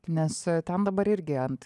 nes ten dabar irgi ant